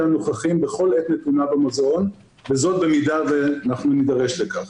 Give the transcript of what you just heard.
הנוכחים בכל עת נתונה במוזיאון וזאת במידה שאנחנו נידרש לכך.